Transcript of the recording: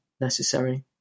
necessary